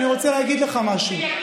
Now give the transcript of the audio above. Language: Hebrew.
אני רוצה להגיד לך משהו,